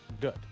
good